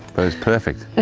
perfect,